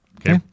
Okay